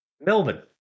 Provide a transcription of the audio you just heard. Melbourne